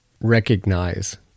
recognize